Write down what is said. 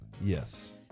Yes